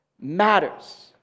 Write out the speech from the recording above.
matters